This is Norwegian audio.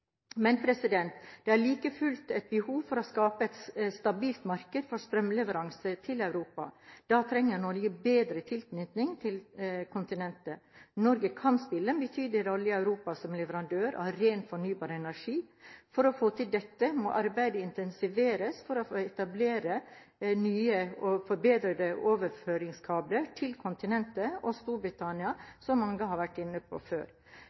Men det er like fullt et behov for å skape et stabilt marked for strømleveranser til Europa. Da trenger Norge bedre tilknytning til kontinentet. Norge kan spille en betydelig rolle i Europa som leverandør av ren fornybar energi. For å få til dette må arbeidet intensiveres for å få etablert nye og forbedrede overføringskabler til kontinentet og Storbritannia, som mange har vært inne på før.